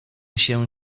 się